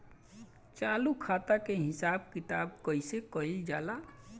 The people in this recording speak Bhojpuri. चालू खाता के हिसाब किताब कइसे कइल जाला?